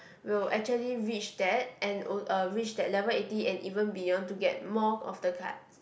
will actually reach that and o~ uh reach that level eighty and even beyond to get more of the cards